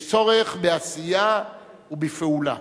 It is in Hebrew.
יש צורך בעשייה ובפעולה